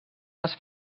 les